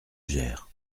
gers